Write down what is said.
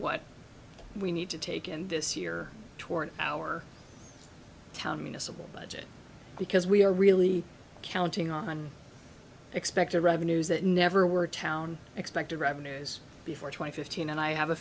what we need to take in this year toward our town municipal budget because we are really counting on expected revenues that never were town expected revenues before twenty fifteen and i have a